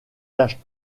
taches